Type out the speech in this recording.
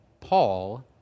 Paul